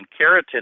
keratin